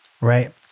right